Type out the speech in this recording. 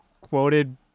quoted